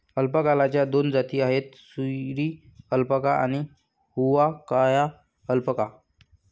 अल्पाकाच्या दोन जाती आहेत, सुरी अल्पाका आणि हुआकाया अल्पाका